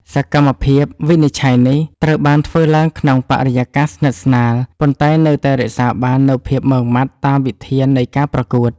សកម្មភាពវិនិច្ឆ័យនេះត្រូវបានធ្វើឡើងក្នុងបរិយាកាសស្និទ្ធស្នាល ប៉ុន្តែនៅតែរក្សាបាននូវភាពម៉ឺងម៉ាត់តាមវិធាននៃការប្រកួត។